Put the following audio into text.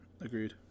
agreed